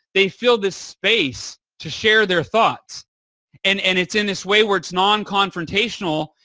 they feel the space to share their thoughts and and it's in this way where it's non confrontational.